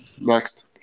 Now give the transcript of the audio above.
Next